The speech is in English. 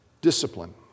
Discipline